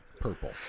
Purple